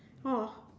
orh